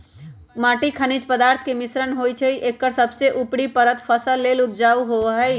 माटी खनिज पदार्थ के मिश्रण होइ छइ एकर सबसे उपरी परत फसल लेल उपजाऊ होहइ